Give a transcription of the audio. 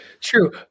true